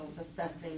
assessing